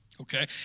Okay